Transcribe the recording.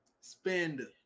spend